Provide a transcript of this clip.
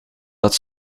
dat